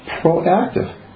proactive